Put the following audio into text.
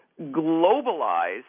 globalize